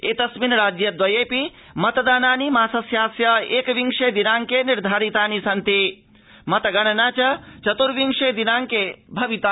एतस्मिन् राज्य द्वयेऽपि मतदानानि मासस्यास्य एकविंशे दिनांके निर्धारितानि सन्ति मतगणना चतुर्विंशे दिनाड़के भविताः